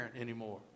anymore